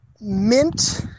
Mint